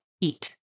eat